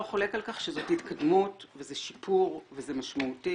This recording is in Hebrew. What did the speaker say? אף אחד לא חולק על כך שזאת התקדמות וזה שיפור וזה משמעותי